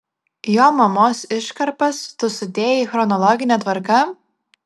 jo mamos iškarpas tu sudėjai chronologine tvarka